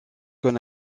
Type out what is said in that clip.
qu’on